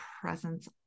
presence